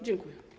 Dziękuję.